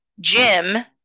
Jim